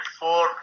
four